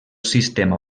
sistema